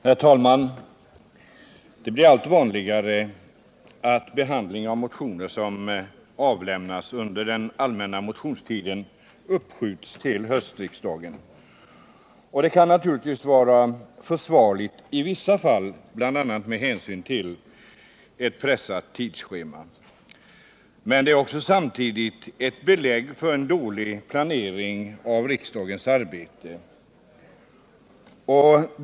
Herr talman! Det blir allt vanligare att behandlingen av motioner som avlämnats under den allmänna motionstiden uppskjuts till höstriksdagen. Det kan naturligtvis vara försvarligt i vissa fall, bl.a. med hänsyn till ett uppgjort tidsschema. Men det är samtidigt ett belägg för en dålig planering av riksdagens arbete.